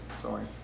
Sorry